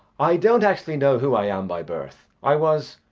i don't actually know who i am by birth. i was.